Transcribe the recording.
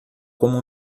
como